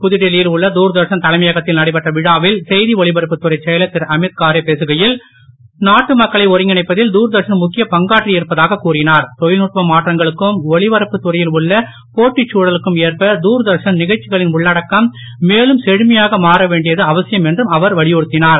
புதுடில்லி யில் உள்ள தூர்தர்ஷன் தலைமையகத்தில் நடைபெற்ற விழாவில் செய்தி ஒலிபரப்புத் துறைச் செயலர் திருஅமித் காரே பேசுகையில் நாட்டு மக்களை ஒருங்கிணைப்பதில் தூர்தர்ஷன் தொழில்நுட்ப மாற்றங்களுக்கும் ஒளிபரப்புத் துறையில் உள்ள போட்டிச் தழலுக்கும் ஏற்ப தார்தர்ஷன் நிகழ்ச்சிகளின் உள்ளடக்கம் மேலும் செழுமையாக மாறவேண்டியது அவசியம் என்றும் அவர் வலியுறத்தினுர்